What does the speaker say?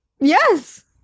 yes